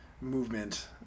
movement